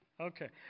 Okay